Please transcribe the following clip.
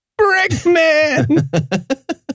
Brickman